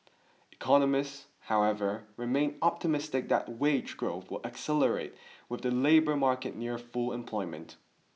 economists however remain optimistic that wage growth will accelerate with the labour market near full employment